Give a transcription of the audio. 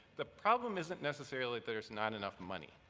the problem isn't necessarily, there's not enough money.